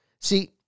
See